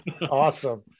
Awesome